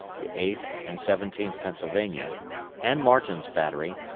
the eighth and seventeenth pennsylvania and martin's battery,